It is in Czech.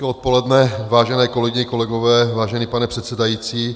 Hezké odpoledne, vážené kolegyně a kolegové, vážený pane předsedající.